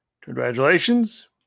congratulations